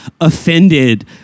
offended